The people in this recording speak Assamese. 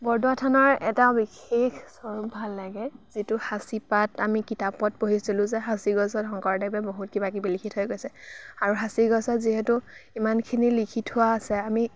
বৰদোৱা থানৰ এটা বিশেষ স্বৰূপ ভাল লাগে যিটো সাঁচিপাত আমি কিতাপত পঢ়িছিলোঁ যে সাঁচি গছত শংকৰদেৱে বহুত কিবা কিবি লিখি থৈ গৈছে আৰু সাঁচিগছত যিহেতু ইমানখিনি লিখি থোৱা আছে আমি